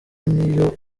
n’iyo